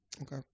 okay